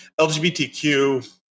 LGBTQ